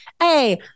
Hey